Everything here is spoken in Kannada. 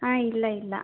ಹಾಂ ಇಲ್ಲ ಇಲ್ಲ